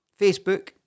Facebook